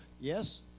Yes